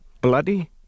bloody